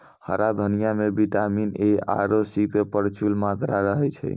हरा धनिया मॅ विटामिन ए आरो सी के प्रचूर मात्रा रहै छै